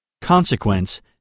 Consequence